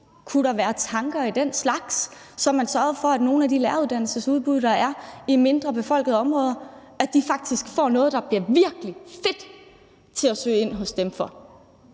Kunne der være tanker af den slags, så man sørgede for, at nogle af de læreruddannelsesudbud, der er i mindre befolkede områder, faktisk får noget, så det bliver virkelig fedt at søge ind hos dem?